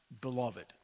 beloved